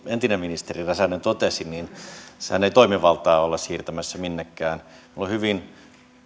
entinen ministeri räsänen totesi tässähän ei toimivaltaa olla siirtämässä minnekään meillä on